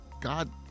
God